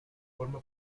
forma